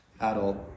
adult